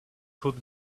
could